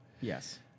Yes